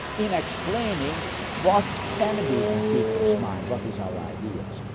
in explaining what can be in people's minds what is our ideas.